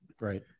Right